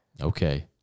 Okay